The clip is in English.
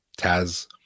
Taz